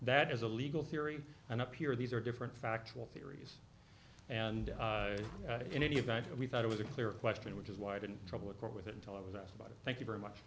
that as a legal theory and up here these are different factual theories and in any event we thought it was a clear question which is why didn't trouble accord with it until i was asked about it thank you very much